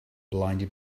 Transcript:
blinded